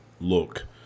look